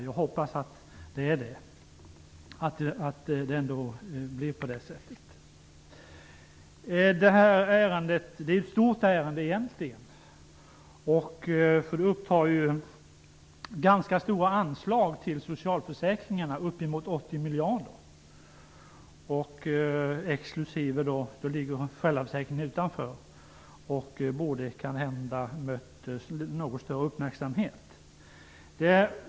Jag hoppas att det blir på det sättet. Detta ärende är egentligen stort. Det upptar ganska stora anslag till socialförsäkringarna -- uppemot 80 miljarder. Då ligger föräldraförsäkringen utanför. Ärendet borde kanhända ha mött en något större uppmärksamhet.